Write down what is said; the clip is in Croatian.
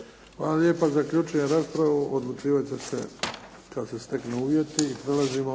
Hvala lijepa. Zaključujem raspravu. Odlučivat će se kad se steknu uvjeti. **Bebić,